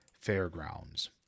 Fairgrounds